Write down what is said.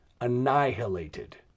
annihilated